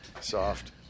soft